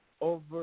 Over